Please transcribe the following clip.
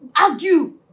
Argue